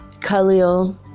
Khalil